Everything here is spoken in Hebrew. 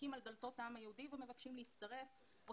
מתדפקים על דלתות העם היהודי ומבקשים להצטרף או